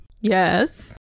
yes